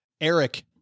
Eric